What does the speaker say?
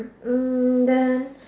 hmm then